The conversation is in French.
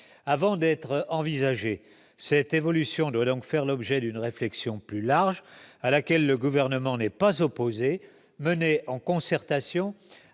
Avant d'être envisagée, une telle évolution doit donc faire l'objet d'une réflexion plus large, à laquelle le Gouvernement n'est pas opposé, qui serait menée en concertation